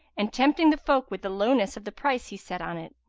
and tempting the folk with the lowness of the price he set on it.